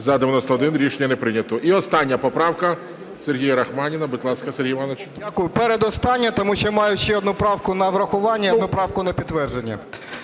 За-91 Рішення не прийнято. І остання поправка Сергія Рахманіна. Будь ласка, Сергій Іванович. 13:13:21 РАХМАНІН С.І. Дякую. Передостання, тому що маю ще одну правку на врахування і одну правку на підтвердження.